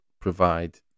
provide